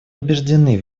убеждены